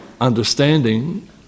understanding